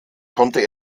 konnte